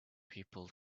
people